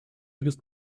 biggest